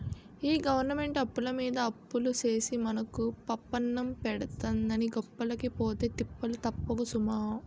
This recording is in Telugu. ఈ గవరమెంటు అప్పులమీద అప్పులు సేసి మనకు పప్పన్నం పెడతందని గొప్పలకి పోతే తిప్పలు తప్పవు సుమా